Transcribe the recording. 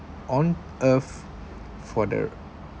on earth for the